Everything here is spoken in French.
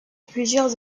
plusieurs